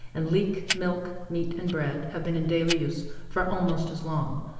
and leek, milk, meat and bread have been in daily use for almost as long.